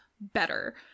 better